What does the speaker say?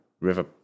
River